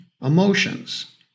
emotions